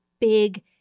big